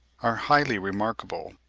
are highly remarkable.